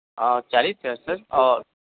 चालिस हज़ार सर और